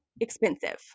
expensive